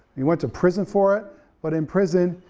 he went to prison for it but in prison,